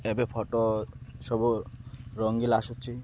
ଏବେ ଫଟୋ ସବୁ ରଙ୍ଗିଲା ଆସୁଛି